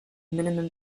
minimum